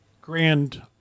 grand